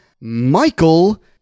Michael